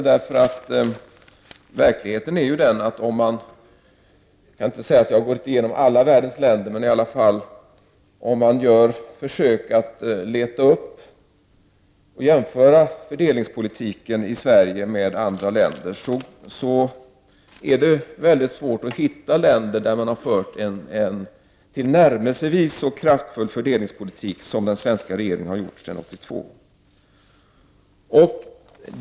Jag har visserligen inte gått igenom alla världens länder, men verkligheten är i alla fall den att om man jämför fördelningspolitiken i Sverige med den politiken i andra länder så är det mycket svårt att hitta länder där man har fört en tillnärmelsevis så kraftfull fördelningspolitik som den svenska regeringen har gjort sedan 1982.